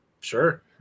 Sure